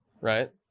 right